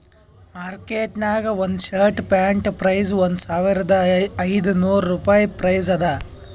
market ನಾಗ್ ಒಂದ್ shirt ಪ್ಯಾಂಟ್ದು ಪ್ರೈಸ್ ಒಂದ್ ಸಾವಿರದ ಐದ ನೋರ್ ರುಪಾಯಿ ಪ್ರೈಸ್ ಅದಾ